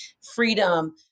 freedom